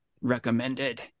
Recommended